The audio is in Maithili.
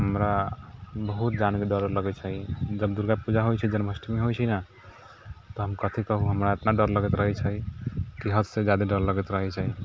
हमरा बहुत जानके डर लगै छै जब दुर्गा पूजा होइ छै जन्माष्टमी होइ छै न तऽ हम कथि कहु हमरा इतना डर लगैत रहै छै कि हदसँ जादा डर लगैत रहै छै